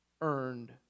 earned